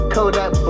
Kodak